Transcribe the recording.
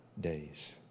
days